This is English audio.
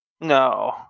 No